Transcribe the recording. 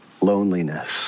loneliness